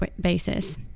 basis